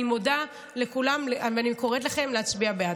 אני מודה לכולם וקוראת לכם להצביע בעד.